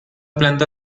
planta